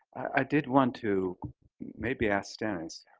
i did want to maybe ask dennis,